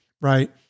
right